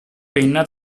penna